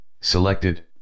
selected